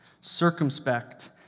circumspect